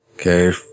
Okay